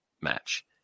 match